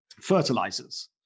fertilizers